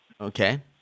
Okay